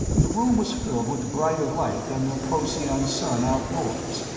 the room was filled with brighter light than the procyon sun outdoors,